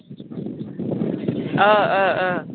ओ ओ ओ